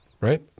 right